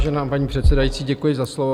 Vážená paní předsedající, děkuji za slovo.